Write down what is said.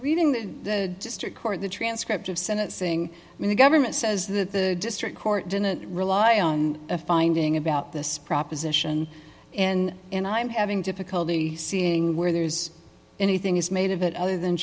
reading district court the transcript of sentencing and the government says that the district court didn't rely on a finding about this proposition and and i'm having difficulty seeing where there's anything is made of it other than